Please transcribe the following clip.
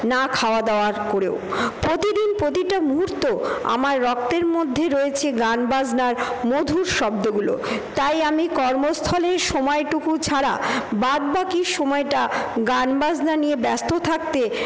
না খাওয়া দাওয়ার করেও প্রতিদিন প্রতিটা মুহূর্ত আমার রক্তের মধ্যে রয়েছে গানবাজনার মধুর শব্দগুলো তাই আমি কর্মস্থলের সময়টুকু ছাড়া বাদবাকি সময়টা গানবাজনা নিয়ে ব্যস্ত থাকতে